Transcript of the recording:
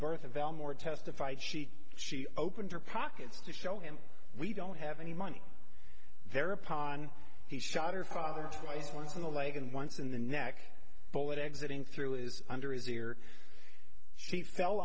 birth of elmore testified she she opened her pockets to show him we don't have any money thereupon he shot her father twice once in the leg and once in the neck bullet exiting through is under his ear she fell